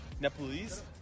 Nepalese